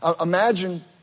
Imagine